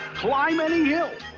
climb any hill!